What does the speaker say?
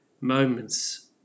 moments